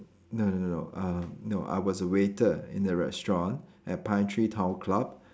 no no no no uh no I was a waiter in a restaurant at Pinetree town club